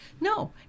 No